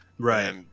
Right